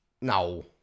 No